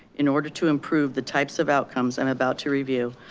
in order to improve the types of outcomes and about to review,